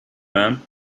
man